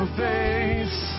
face